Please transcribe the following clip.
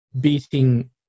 beating